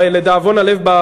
לדאבון הלב,